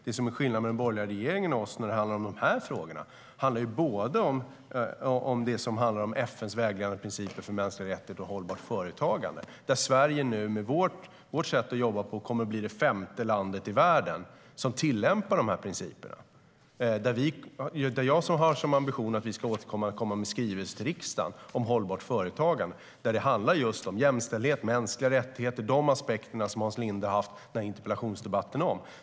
Det som är skillnaden mellan den borgerliga regeringen och när det gäller de här frågorna handlar om FN:s vägledande principer för mänskliga rättigheter och hållbart företagande, där Sverige nu med vårt sätt att jobba kommer att bli det femte landet i världen som tillämpar principerna. Jag har som ambition att vi ska återkomma med en skrivelse till riksdagen om hållbart företagande där det handlar just om jämställdhet, mänskliga rättigheter och de aspekter som Hans Linde har tagit upp i interpellationsdebatten.